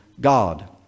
God